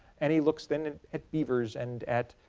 and he looks then at beavers and at